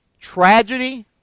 tragedy